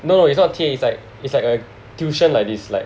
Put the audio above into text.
no it's not T_A it's like it's like a tuition like this like